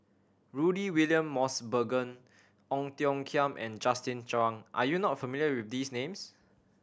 Rudy William Mosbergen Ong Tiong Khiam and Justin Zhuang are you not familiar with these names